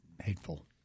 hateful